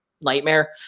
nightmare